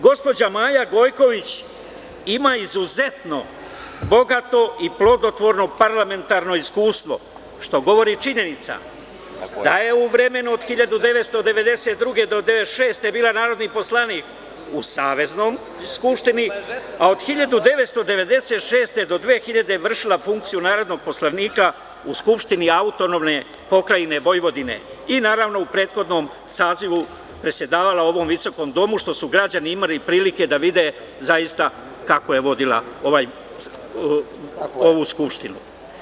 Gospođa Maja Gojković ima izuzetno bogato i plodotvorno parlamentarno iskustvo, što govori činjenica da je u vremenu od 1992. godine do 1996. godine bila narodni poslanik u Saveznoj skupštini, a od 1996. godine do 2000. godine je vršila funkciju narodnog poslanika u Skupštini AP Vojvodine i naravno u prethodnom sazivu predsedavala je ovim visokim domom, što su građani imali priliku da vide kako je vodila ovu Skupštinu.